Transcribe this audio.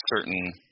certain